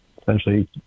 essentially